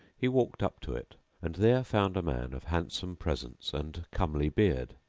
he walked up to it and there found a man of handsome presence and comely beard.